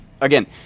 Again